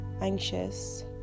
Anxious